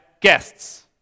guests